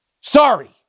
Sorry